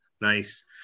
Nice